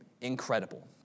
incredible